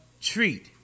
treat